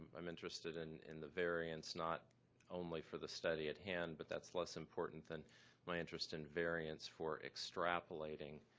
i'm interested in in the variants not only for the study at hand but that's less important than my interest in variants for extrapolating